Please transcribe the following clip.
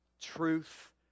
truth